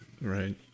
Right